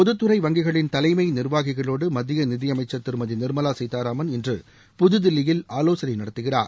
பொதுத்துறை வங்கிகளின் தலைமை நிர்வாகிகளோடு மத்திய நிதியமைச்சன் திருமதி நிர்மலா சீதாராமன் இன்று புதுதில்லியில் ஆலோசனை நடத்துகிறார்